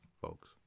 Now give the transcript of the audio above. folks